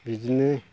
बिदिनो